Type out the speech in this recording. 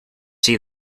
see